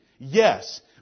Yes